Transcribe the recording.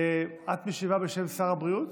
את משיבה בשם שר הבריאות?